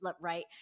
right